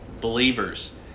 believers